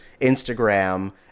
instagram